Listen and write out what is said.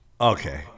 Okay